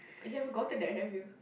you haven't gotten that have you